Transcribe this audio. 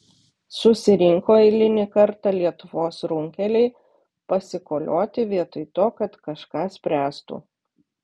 susirinko eilinį kartą lietuvos runkeliai pasikolioti vietoj to kad kažką spręstų